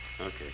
Okay